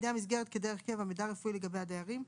מידע רפואי לגבי הדיירים,